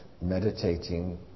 Meditating